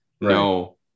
no